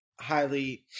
highly